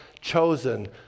chosen